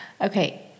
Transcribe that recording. Okay